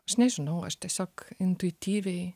aš nežinau aš tiesiog intuityviai